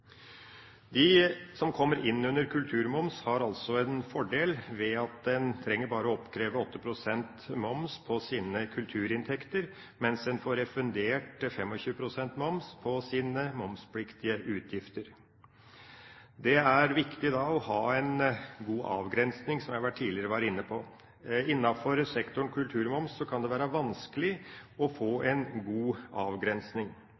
De virksomheter som kommer innunder kulturmomsplikten, har en fordel ved at en krever bare 8 pst. moms på deres kulturinntekter, mens de får refundert 25 pst. moms på sine momspliktige utgifter. Da er det viktig å ha en god avgrensning, som jeg var inne på tidligere. Innenfor sektoren «kulturmoms» kan det være vanskelig å få en god avgrensning.